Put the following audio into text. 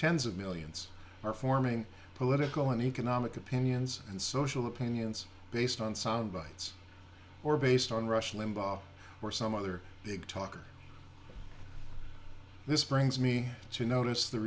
tens of millions are forming political and economic opinions and social opinions based on sound bites or based on rush limbaugh or some other big talker this brings me to notice the